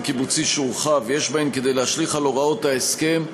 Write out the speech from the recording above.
קיבוצי שהורחב ויש בהן כדי להשליך על הוראות ההסכם,